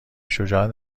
شجاعت